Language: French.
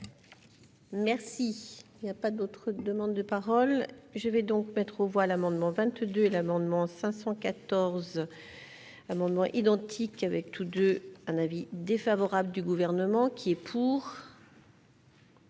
Merci, il n'y a pas d'autres demandes de parole, je vais donc Petro voix l'amendement 22 et l'amendement 514 amendements identiques avec tous 2 un avis défavorable du gouvernement qui est pour.